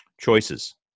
choices